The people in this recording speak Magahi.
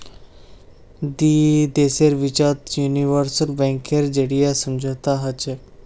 दी देशेर बिचत यूनिवर्सल बैंकेर जरीए समझौता हछेक